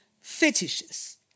fetishes